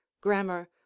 grammar